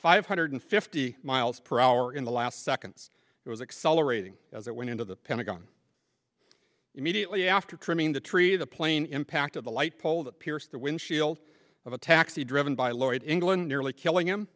five hundred fifty miles per hour in the last seconds it was accelerating as it went into the pentagon immediately after trimming the tree the plane impact of the light pole that pierced the windshield of a taxi driven by lloyd engel and nearly killing him